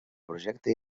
projecte